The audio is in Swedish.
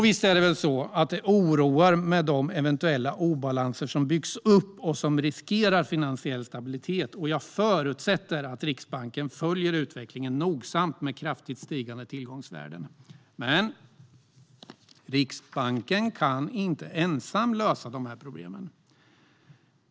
Visst är det så att de eventuella obalanser som byggs upp och riskerar finansiell stabilitet oroar, och jag förutsätter att Riksbanken följer utvecklingen med kraftigt stigande tillgångsvärden nogsamt. Men Riksbanken kan inte ensam lösa dessa problem.